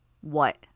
What